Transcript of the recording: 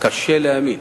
קשה להאמין.